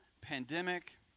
pandemic